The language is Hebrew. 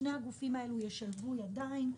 ושני הגופים האלה ישלבו ידיים.